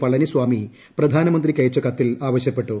പളനിസാമി പ്രധാനമന്ത്രിയ്ക്കയച്ച കത്തിൽ ആവശ്യപ്പെട്ടു